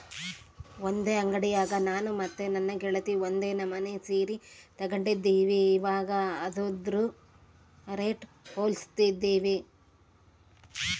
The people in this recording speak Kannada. ಒಂದೇ ಅಂಡಿಯಾಗ ನಾನು ಮತ್ತೆ ನನ್ನ ಗೆಳತಿ ಒಂದೇ ನಮನೆ ಸೀರೆ ತಗಂಡಿದ್ವಿ, ಇವಗ ಅದ್ರುದು ರೇಟು ಹೋಲಿಸ್ತಿದ್ವಿ